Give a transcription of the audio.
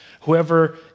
Whoever